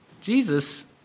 Jesus